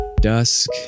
dusk